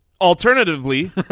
alternatively